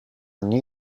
nie